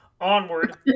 Onward